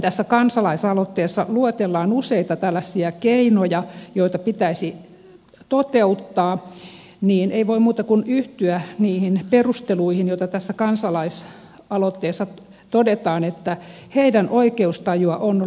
tässä kansalaisaloitteessa luetellaan useita keinoja joita pitäisi toteuttaa ja ei voi muuta kuin yhtyä perusteluihin kun tässä kansalaisaloitteessa todetaan että heidän oikeustajuaan on loukattu